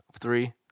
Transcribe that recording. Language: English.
Three